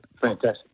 Fantastic